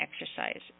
Exercise